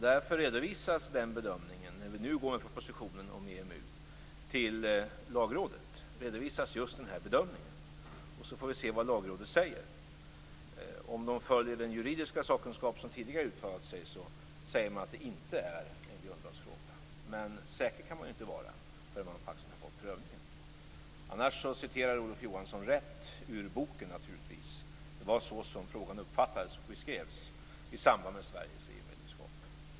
När vi nu går med propositionen om EMU till Lagrådet redovisas just den bedömningen, och vi får se vad Lagrådet säger. Om man följer den juridiska sakkunskap som tidigare har uttalat sig kommer man att säga att det inte är en grundlagsfråga, men säkra kan vi inte vara förrän vi har fått prövningen. Olof Johansson citerar naturligtvis rätt ur boken; det var så som frågan uppfattades och beskrevs i samband med Sveriges EU-medlemskap.